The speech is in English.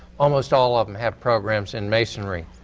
almost all of them have programs in masonry.